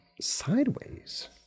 sideways